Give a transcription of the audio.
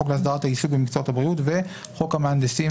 חוק להסדרת העיסוק במקצועות הבריאות וחוק המהנדסים